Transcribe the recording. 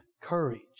courage